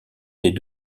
des